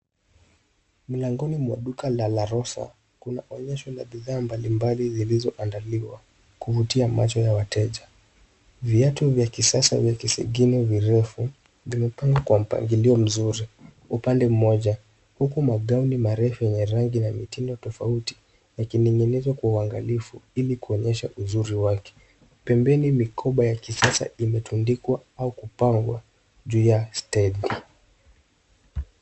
Mlangoni mwa duka la La Rosa, kuna onyesho la bidhaa mbalimbali zilizoandaliwa kuvutia macho ya wateja. Viatu vya kisasa vya kisigino virefu vimepangwa kwa mpangilio mzuri upande mmoja huku magauni marefu yenye rangi na mitindo tofauti yakining'inizwa kwa uangalifu ili kuonyesha uzuri wake. Pembeni mikoba ya kisasa imetundikwa au kupangwa juu ya stendi.